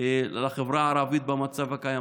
לחברה הערבית במצב הקיים.